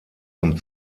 zum